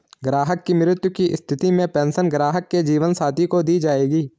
ग्राहक की मृत्यु की स्थिति में पेंशन ग्राहक के जीवन साथी को दी जायेगी